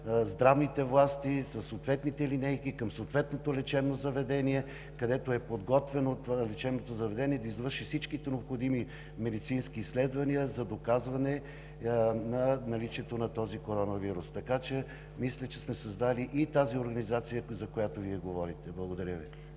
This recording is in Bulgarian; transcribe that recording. здравните власти, със съответните линейки към съответното лечебно заведение, което е подготвено да извърши всички необходими медицински изследвания за доказване на наличието на този коронавирус, мисля, че сме създали организацията, за която Вие говорите. Благодаря.